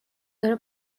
داره